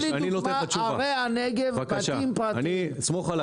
תן לי דוגמה מערי הנגב אופקים,